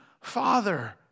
Father